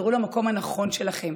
תחזרו למקום הנכון שלכם,